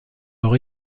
leur